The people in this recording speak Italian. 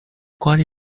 quale